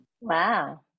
Wow